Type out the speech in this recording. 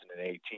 2018